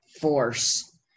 force